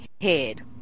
head